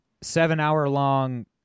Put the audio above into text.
seven-hour-long